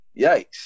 Yikes